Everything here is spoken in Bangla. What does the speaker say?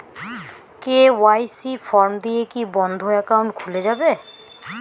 কে.ওয়াই.সি ফর্ম দিয়ে কি বন্ধ একাউন্ট খুলে যাবে?